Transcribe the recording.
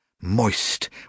moist